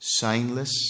Signless